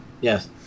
yes